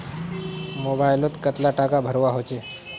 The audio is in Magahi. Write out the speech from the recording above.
मोबाईल लोत कतला टाका भरवा होचे?